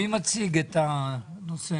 מי מציג את הנושא?